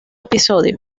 episodio